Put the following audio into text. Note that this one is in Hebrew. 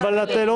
אבל אתה שם